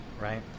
right